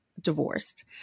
divorced